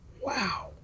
Wow